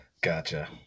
Gotcha